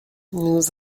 nous